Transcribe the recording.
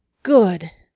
good!